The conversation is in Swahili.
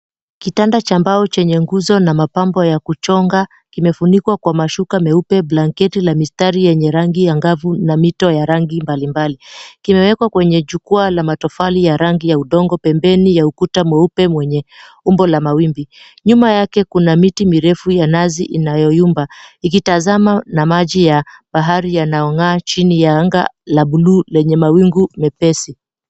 Kitanda cha mbao chenye nguzo na mapambo ya kuchonga kimefunikwa kwa mashuka meupe, blanketi ya mistari yenye rangi angavu na mito ya rangi mbalimbali. Kimewekwa kwenye jukwaa la matofali ya rangi ya udongo pembeni ya ukuta mweupe mwenye umbo la mawimbi. Nyuma yake kuna miti mirefu ya nazi inayoyumba ikitazama na maji ya bahari yanayong'aa chini ya anga la buluu lenye mawingu mepesi.